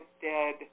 Dead